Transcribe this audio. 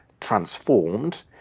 transformed